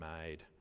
made